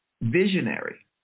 visionary